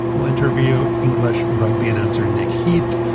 we'll interview english rugby announcer nick heath,